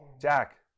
Jack